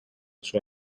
sua